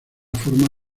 forma